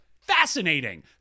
Fascinating